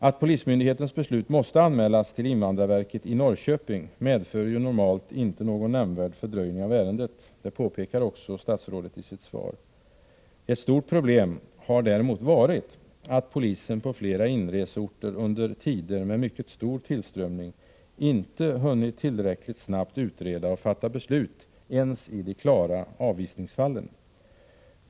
Att polismyndighetens beslut måste anmälas till invandrarverket i Norrköping medför normalt inte någon nämnvärd fördröjning av ärendet. Det påpekade också statsrådet i sitt svar. Ett stort problem har däremot varit att polisen på flera inreseorter under tider med mycket stor tillströmning inte hunnit tillräckligt snabbt utreda och fatta beslut ens i de klara avvisningsfallen.